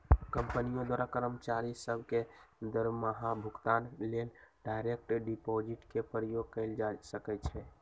कंपनियों द्वारा कर्मचारि सभ के दरमाहा भुगतान लेल डायरेक्ट डिपाजिट के प्रयोग कएल जा सकै छै